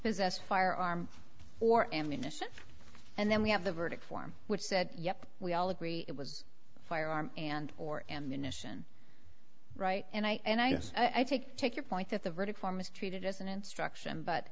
possessed firearm or ammunition and then we have the verdict form which said yep we all agree it was firearm and or ammunition right and i guess i take take your point that the verdict form is treated as an instruction but